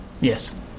yes